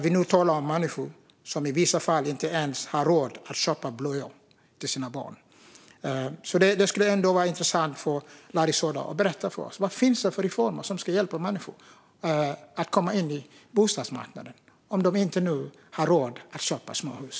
Vi talar om människor som i vissa fall inte ens har råd att köpa blöjor till sina barn. Det skulle vara intressant om Larry Söder berättade detta för oss. Vad är det för reformer som ska hjälpa människor att komma in på bostadsmarknaden om de nu inte har råd att köpa småhus?